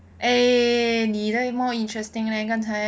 eh 你 leh more interesting leh 刚才